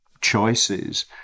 choices